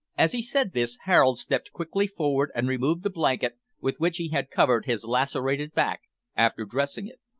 as he said this, harold stepped quickly forward and removed the blanket, with which he had covered his lacerated back after dressing it.